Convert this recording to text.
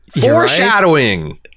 Foreshadowing